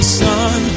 sun